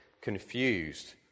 confused